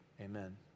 amen